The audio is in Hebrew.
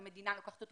נותנת לו